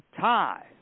tie